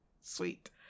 sweet